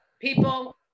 People